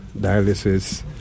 dialysis